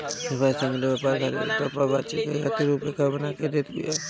विश्व व्यापार संगठन व्यापार खातिर समझौता पअ बातचीत करे खातिर रुपरेखा बना के देत बिया